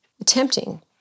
attempting